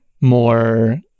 more